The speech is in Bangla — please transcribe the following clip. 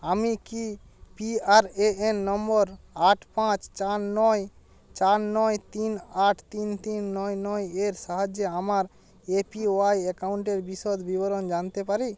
আমি কি P R A N number আট পাঁচ চার নয় চার নয় তিন আট তিন তিন নয় নয় এর সাহায্যে আমার এ পি ওয়াই অ্যাকাউন্টের বিশদ বিবরণ জানতে পারি